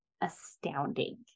astounding